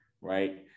right